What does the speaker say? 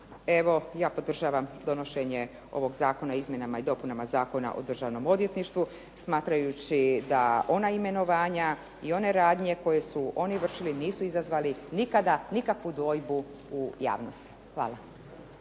Evo, ja podržavam donošenje ovog Zakona o izmjenama i dopunama Zakona o državnom odvjetništvu smatrajući da ona imenovanja i one radnje koje su oni vršili nisu izazvali nikada nikakvu dvojbu u javnosti. Hvala.